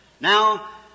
Now